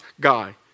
guy